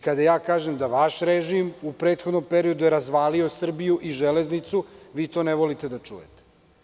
Kada kažem da je vaš režim u prethodnom periodu razvalio Srbiju i železnicu, vi to ne volite da čujete.